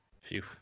Phew